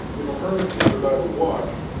if a hermit could survive a wash,